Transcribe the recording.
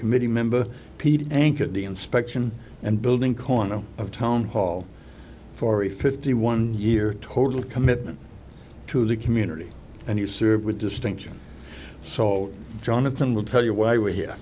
committee member pete anchored the inspection and building corner of town hall for a fifty one year total commitment to the community and he served with distinction so all jonathan will tell you why we